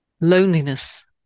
Loneliness